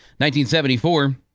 1974